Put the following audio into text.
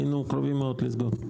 מאוד לסגור.